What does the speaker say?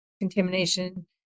contamination